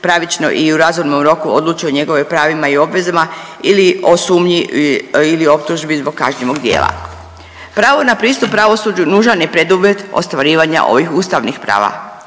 pravično i u razumnom roku odlučuje o njegovim pravima ili obvezama ili o sumnji ili optužbi zbog kažnjivog dijela. Pravo na pristup pravosuđu nužan je preduvjet ostvarivanja ovih ustavnih prava.